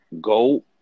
go